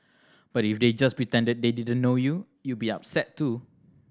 but if they just pretended they didn't know you you'd be upset too